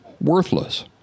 worthless